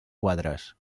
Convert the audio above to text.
quadres